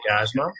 asthma